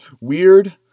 weird